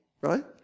right